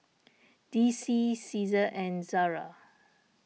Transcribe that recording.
D C Cesar and Zara